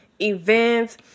events